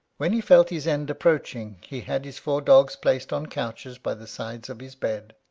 when he felt his end approaching, he had his four dogs placed on. couches by the sides of his bed.